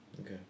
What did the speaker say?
Okay